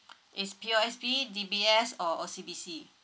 is P_O_S_B D_B_S or O_C_B_C